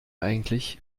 eigentlich